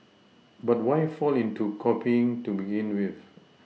but why fall into copying to begin with